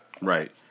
Right